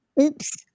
Oops